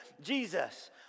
Jesus